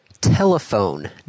Telephone